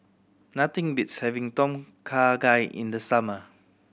nothing beats having Tom Kha Gai in the summer